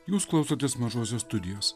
jūs klausotės mažosios studijos